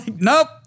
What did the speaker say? nope